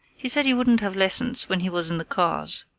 he said he wouldn't have lessons when he was in the cars.